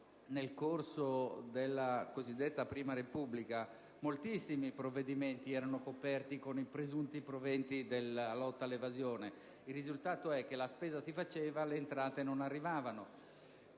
nel corso della cosiddetta prima Repubblica, moltissimi provvedimenti erano coperti con i presunti proventi della lotta all'evasione: il risultato è stato che la spesa si faceva, ma le entrate non arrivavano.